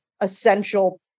essential